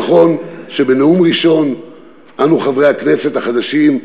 נכון שבנאום ראשון אנו, חברי הכנסת החדשים,